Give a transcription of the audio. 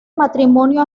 matrimonio